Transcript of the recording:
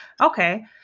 Okay